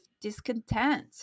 discontent